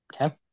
Okay